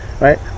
right